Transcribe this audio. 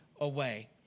away